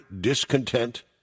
discontent